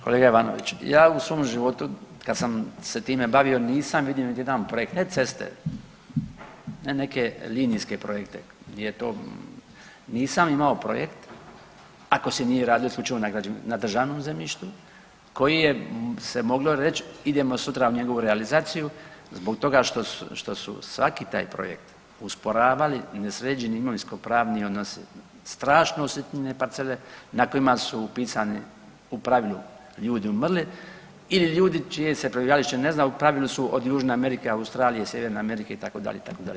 Kolega Ivanoviću, ja u svom životu kad sam se time bavio nisam vidio niti jedan projekt ne ceste, ne neke linijske projekte gdje je to, nisam imao projekt ako se nije radilo isključivo na državnom zemljištu koji je se moglo reć idemo sutra u njegovu realizaciju zbog toga što su svaki taj projekt usporavali nesređeni imovinskopravni odnosi, strašno usitnjene parcele na kojima su upisani u pravilu ljudi umrli ili ljudi čije se prebivalište ne zna, u pravilu su od Južne Amerike, Australije, Sjeverne Amerike itd., itd.